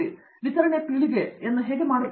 ನೀವು ವಿತರಣೆ ಪೀಳಿಗೆಯನ್ನು ಹೇಗೆ ಮಾಡುತ್ತೀರಿ